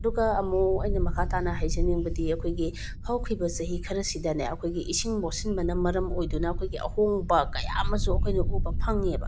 ꯑꯗꯨꯒ ꯑꯃꯨꯛ ꯑꯩꯅ ꯃꯈꯥ ꯇꯥꯅ ꯍꯥꯏꯖꯅꯤꯡꯕꯗꯤ ꯑꯩꯈꯣꯏꯒꯤ ꯍꯧꯈꯤꯕ ꯆꯍꯤ ꯈꯔꯁꯤꯗꯅꯦ ꯑꯩꯈꯣꯏꯒꯤ ꯏꯁꯤꯡ ꯃꯣꯠꯁꯟꯕꯅ ꯃꯔꯃ ꯑꯣꯏꯗꯨꯅ ꯑꯩꯈꯣꯏꯒꯤ ꯑꯍꯣꯡꯕ ꯀꯌꯥ ꯑꯃꯁꯨ ꯑꯩꯈꯣꯏꯅ ꯎꯕ ꯐꯪꯉꯦꯕ